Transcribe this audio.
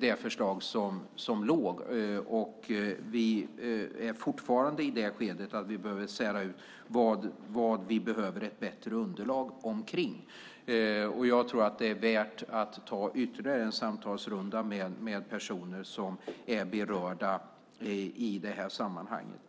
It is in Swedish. framlagda förslaget. Vi är fortfarande i det skedet att vi behöver skilja ut vad vi behöver ett bättre underlag om. Jag tror att det är värt att ta ytterligare en samtalsrunda med berörda personer i det här sammanhanget.